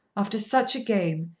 after such a game,